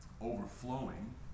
overflowing